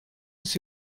c’est